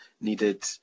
needed